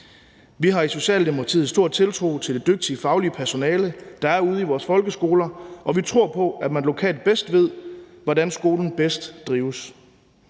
Vi har i Socialdemokratiet stor tiltro til det dygtige faglige personale, der er ude i vores folkeskoler, og vi tror på, at man lokalt bedst ved, hvordan skolen bedst drives.